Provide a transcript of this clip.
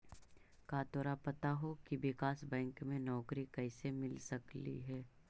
का तोरा पता हो की विकास बैंक में नौकरी कइसे मिल सकलई हे?